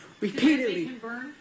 repeatedly